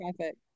traffic